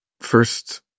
first